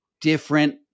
different